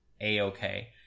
a-okay